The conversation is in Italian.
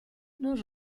non